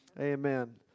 Amen